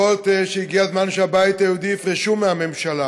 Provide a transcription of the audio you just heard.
יכול להיות שהגיע הזמן שהבית היהודי יפרשו מהממשלה